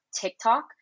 TikTok